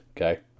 okay